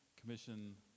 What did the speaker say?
commission